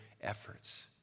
efforts